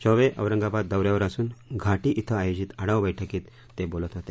चौबे औरंगाबाद दौऱ्यावर असून घाटी धिं आयोजित आढावा बैठकीत ते बोलत होते